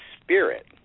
spirit